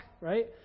right